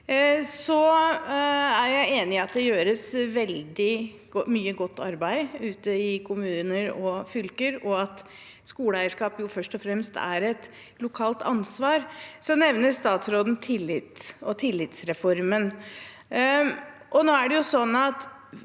Jeg er enig i at det gjøres veldig mye godt arbeid ute i kommuner og fylker, og at skoleeierskap først og fremst er et lokalt ansvar. Statsråden nevner tillit og tillitsreformen.